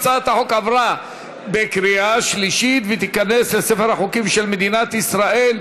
החוק עבר בקריאה שלישית וייכנס לספר החוקים של מדינת ישראל.